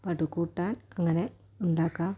പടുകൂട്ടാൻ അങ്ങനെ ഉണ്ടാക്കാം